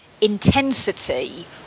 intensity